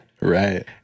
Right